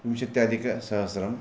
विंशत्यधिकसहस्रं